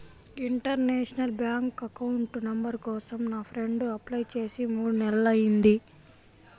international bank account number కోసం నా friend apply చేసి మూడు నెలలయ్యింది